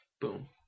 Boom